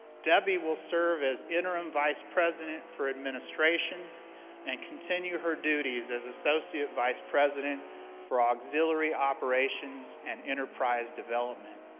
debbie will serve as interim vice president for administration and continue her duties as associate vice president for auxiliary operations and enterprise development.